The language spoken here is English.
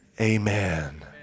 amen